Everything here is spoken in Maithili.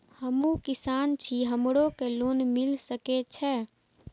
हमू किसान छी हमरो के लोन मिल सके छे?